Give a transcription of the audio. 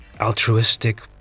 altruistic